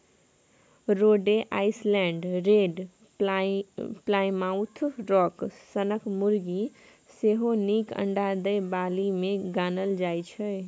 रोडे Island red, Plymouth Rock सनक मुरगी सेहो नीक अंडा दय बालीमे गानल जाइ छै